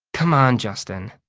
come on, justin,